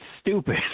stupid